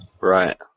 Right